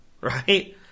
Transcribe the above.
right